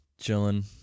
chilling